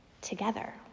together